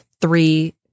three